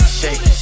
shake